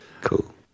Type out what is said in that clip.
Cool